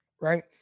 right